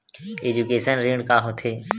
Education ऋण का होथे?